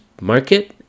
market